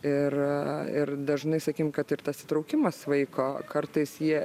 ir a ir dažnai sakym kad ir tas įtraukimas vaiko kartais jie